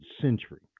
century